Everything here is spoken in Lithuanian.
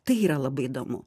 tai yra labai įdomu